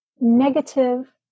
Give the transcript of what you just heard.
negative